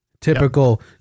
typical